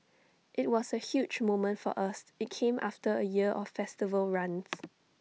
IT was A huge moment for us IT came after A year of festival runs